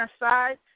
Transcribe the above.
aside